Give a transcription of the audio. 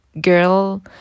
girl